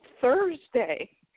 Thursday